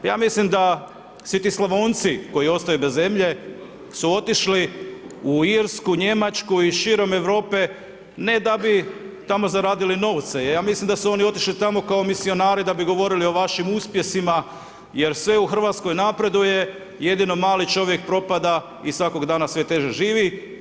Ja mislim da svi ti Slavonci koji ostaju bez zemlje su otišli u Irsku, Njemačku i širom Europe ne da bi tamo zaradili novce, ja mislim da su oni otišli tamo kao misionari da bi govorili o vašim uspjesima jer sve u Hrvatskoj napreduje, jedino mali čovjek propada i svakog dana sve teže živi.